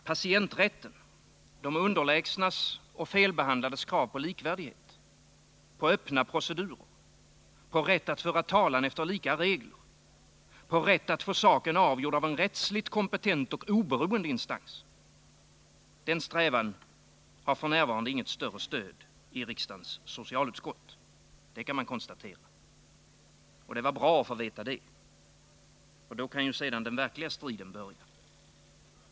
Patienträtten — de underlägsnas och felbehandlades krav på likvärdighet, på öppna procedurer, på rätt att föra talan efter lika regler, på rätt att få saken avgjord av en rättsligt kompetent och oberoende instans — den strävan har f.n. inget större stöd i riksdagens socialutskott. Det kan man konstatera. Det var bra att få veta det. Då kan den verkliga striden börja.